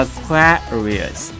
，Aquarius